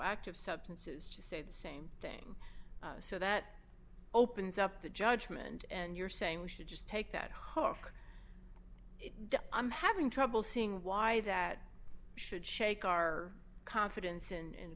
psychoactive substances to say the same thing so that opens up the judgment and you're saying we should just take that hark i'm having trouble seeing why that should shake our confidence